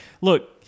look